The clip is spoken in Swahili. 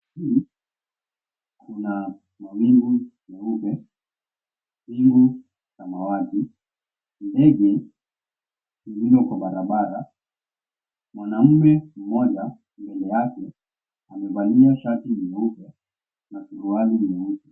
Huu kuna mawingu meupe. Wingu samawati. Ndege limo kwa barabara. Mwanaume mmoja mbele yake amevalia shati nyeupe na suruali nyeusi.